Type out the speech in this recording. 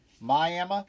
Miami